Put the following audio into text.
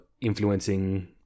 influencing